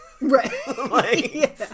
Right